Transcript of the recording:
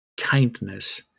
kindness